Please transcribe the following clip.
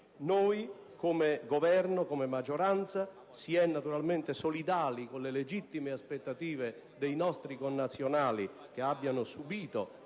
Noi come Governo, come maggioranza, si è naturalmente solidali con le legittime aspettative dei nostri connazionali che abbiano subito